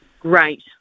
great